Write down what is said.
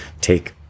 take